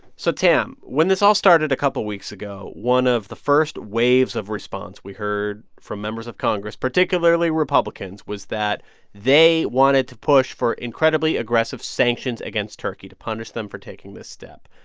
so tam, when this all started a couple weeks ago, one of the first waves of response we heard from members of congress, particularly republicans, was that they wanted to push for incredibly aggressive sanctions against turkey to punish them for taking this step.